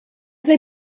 they